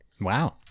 wow